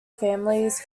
families